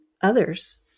others